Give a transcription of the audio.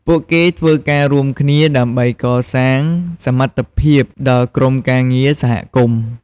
ពួកគេធ្វើការរួមគ្នាដើម្បីកសាងសមត្ថភាព ដល់ក្រុមការងារសហគមន៍។